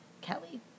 Kelly